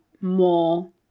more